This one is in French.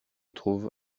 trouve